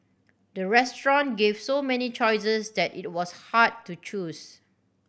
the restaurant gave so many choices that it was hard to choose